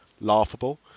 laughable